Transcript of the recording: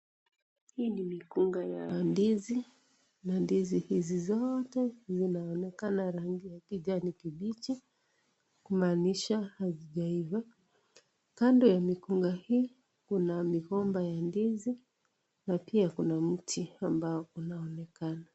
Hii ni mikunga ya ndizi na ndizi hizi zote, zinaonekana rangi ya kijani kibichi kumaanisha, hazijaiva. Kando ya mikunga hii. kuna migomba ya ndizi pia kuna mti ambao unaonekana.